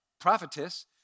prophetess